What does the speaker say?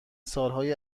سالهای